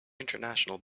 international